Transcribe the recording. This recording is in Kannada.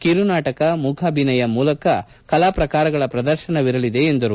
ಕಿರು ನಾಟಕ ಮೂಕಾಭಿನಯ ಮೊದಲಾದ ಕಲಾ ಪ್ರಕಾರಗಳ ಪ್ರದರ್ತನವಿರಲಿದೆ ಎಂದರು